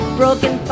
broken